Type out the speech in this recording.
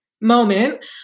moment